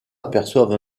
aperçoivent